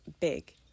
big